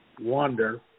wonder